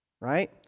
Right